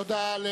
תודה.